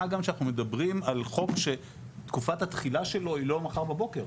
מה גם שאנחנו מדברים על חוק שתקופת התחילה שלו היא לא מחר בבוקר,